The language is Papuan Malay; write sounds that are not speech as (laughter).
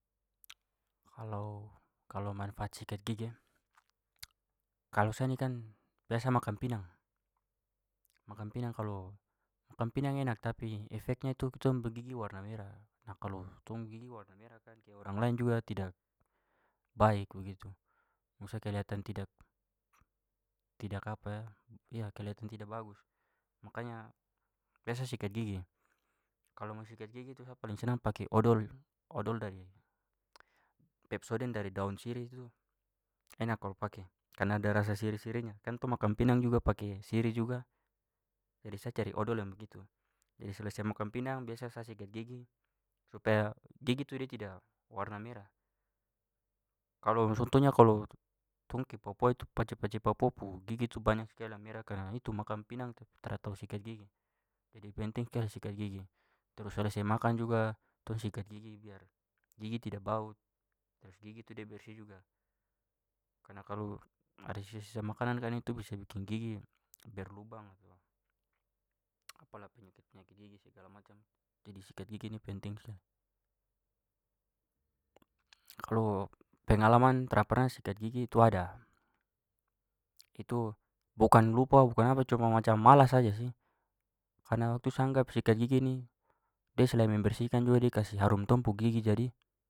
Kalau- kalau manfaat sikat gigi e. Kalau sa ini kan biasa makan pinang. Makan pinang kalau makan pinang enak tapi efeknya itu kitong pu gigi warna merah. Nah, kalau tong gigi warna merah (unintelligible) orang lain juga tidak baik begitu. (unintelligible) kelihatan tidak- tidak (hesitation) kelihatan tidak bagus. Makanya biasa sikat gigi. Kalau mau sikat gigi itu sa paling senang pakai odol itu odol dari pepsodent dari daun sirih itu enak kalau pakai karena ada rasa sirih-sirihnya. Kan tong makan pinang juga pakai sirih juga jadi sa cari odol yang begitu. Jadi selesai makan pinang biasa sa sikat gigi supaya gigi tu dia tidak warna merah. Kalau contohnya kalau tong ke papua itu pace-pace papua pu gigi tu banyak sekali yang merah karena itu makan pinang tu tra tahu sikat gigi. Jadi penting sekali sikat gigi. Terus selesai makan juga tong sikat gigi biar gigi tidak bau terus gigi tu dia bersih juga. Karena kalau ada sisa-sisa makanan kan itu bisa bikin gigi berlubang (unintelligible) (hesitation) penyakit-penyakit gigi segala macam. Jadi sikat gigi ini penting sekali. Kalau pengalaman tra pernah sikat gigi itu ada. Itu bukan lupa bukan apa itu cuma macam malas saja sih. Karena waktu itu sa anggap sikat gigi ni dia selain membersihkan juga dia kasih harum tong pu gigi jadi.